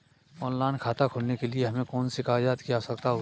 Online खाता खोलने के लिए हमें कौन कौन से कागजात की आवश्यकता होती है?